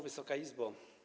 Wysoka Izbo!